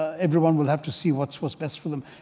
everyone will have to see what's what's best for them.